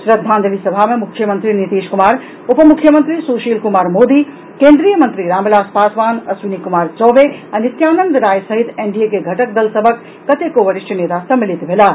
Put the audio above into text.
श्रद्धांजलि सभा मे मुख्यमंत्री नीतीश कुमार उपमुख्यमंत्री सुशील कुमार मोदी केन्दीय मंत्री रामविलास पासवान अश्विनी कुमार चौबे आ नित्यानंद राय सहित एनडीए के घटल दल सभक कतेको वरिष्ठ नेता सम्मिलित भेलाह